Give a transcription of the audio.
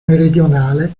meridionale